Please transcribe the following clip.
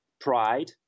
pride